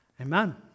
Amen